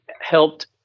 helped